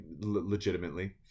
legitimately